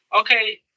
okay